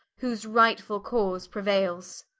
whose rightful cause preuailes.